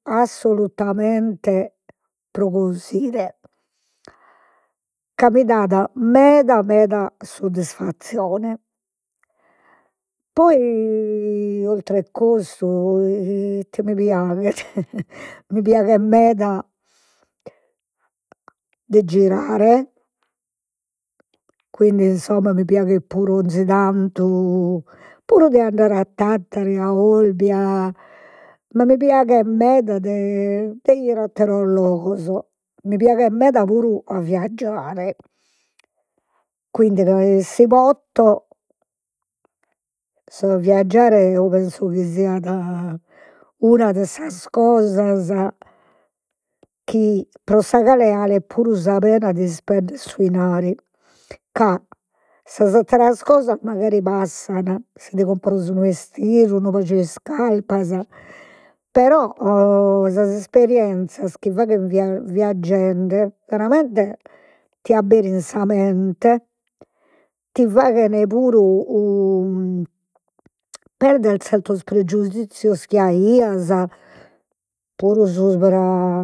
Assolutamente pro cosire, ca mi dat meda meda soddisfascione, poi oltre custu, ite mi piaghet? mu piaghet meda de girare, quindi insomma mi piaghet puru 'onzi tantu puru de andare a Tattari, a Olbia, ma mi piaghet meda de 'ider atteros logos, mi piaghet meda puru a viaggiare, quindi ca si potto su viaggiare penso chi siat una de sas cosas chi, pro sa cale 'alet sa pena de ispender su 'inari, ca sas atteras cosas mancari passan, si ti comporas unu 'estire, unu paju de iscarpas, però sas isperienscias chi faghes viaggende veramente t'abberin sa mente, ti faghen puru perder zertos pregiudizzios chi aias puru subra